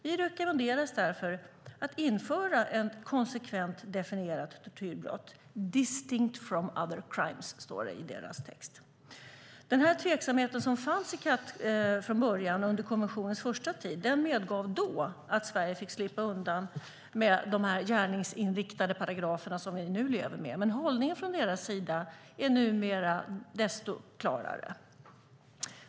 Vi rekommenderas därför att införa ett konsekvent definierat tortyrbrott. Distinct from other crimes, står det i deras text. Den tveksamhet som fanns under konventionens första tid medgav då att Sverige fick slippa undan med de gärningsinriktade paragrafer som vi nu lever med. Men numera är hållningen från deras sida desto klarare.